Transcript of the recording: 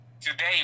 today